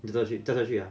真的去驾过去 ah